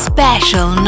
Special